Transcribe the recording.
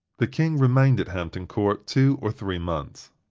the king remained at hampton court two or three months.